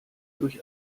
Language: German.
durch